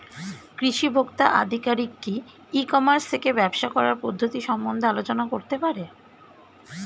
কৃষি ভোক্তা আধিকারিক কি ই কর্মাস থেকে ব্যবসা করার পদ্ধতি সম্বন্ধে আলোচনা করতে পারে?